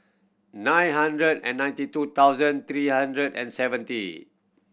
nine hundred and ninety two thousand three hundred and seventy